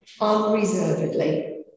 unreservedly